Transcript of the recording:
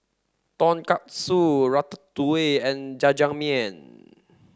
Tonkatsu Ratatouille and Jajangmyeon